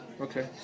Okay